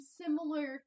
similar